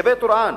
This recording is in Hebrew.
לגבי טורעאן,